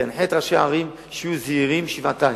אנחה את ראשי הערים שיהיו זהירים שבעתיים,